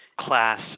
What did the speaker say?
class